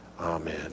Amen